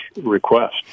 request